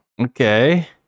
Okay